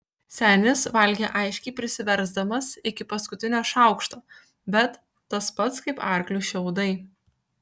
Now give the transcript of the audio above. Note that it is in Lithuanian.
senis valgė aiškiai prisiversdamas iki paskutinio šaukšto bet tas pats kaip arkliui šiaudai